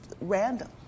random